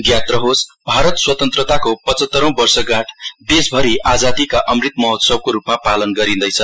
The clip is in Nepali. ज्ञात रहोस् भारत स्वतन्त्रताको पचत्तरौं वर्षगाँठ देशभरि आजादीका अमृत माहोत्सवको रूपमा पालन गरिँदैछ